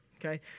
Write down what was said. okay